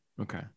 Okay